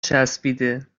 چسبیده